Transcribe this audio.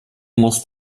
muss